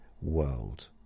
world